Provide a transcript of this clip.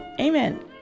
Amen